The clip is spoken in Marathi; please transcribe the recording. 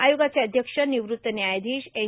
आयोगाचे अध्यक्ष निवृत्त न्यायाधीश एन